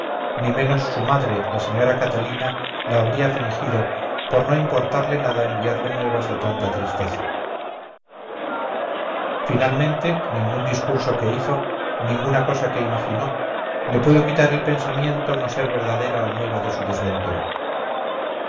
ni menos su madre la señora catalina la habría fingido por no importarle nada enviarle nuevas de tanta tristeza finalmente ningún discurso que hizo ninguna cosa que imaginó le pudo quitar del pensamiento no ser verdadera la nueva de su desventura